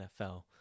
NFL